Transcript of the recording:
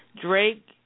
Drake